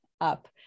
up